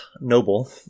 noble